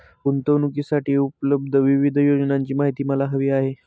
गुंतवणूकीसाठी उपलब्ध विविध योजनांची माहिती मला हवी आहे